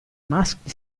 maschi